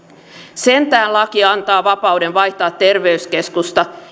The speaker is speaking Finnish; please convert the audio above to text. sentään laki antaa vapauden vaihtaa terveyskeskusta